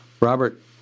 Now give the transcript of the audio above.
Robert